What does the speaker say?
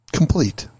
complete